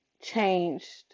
changed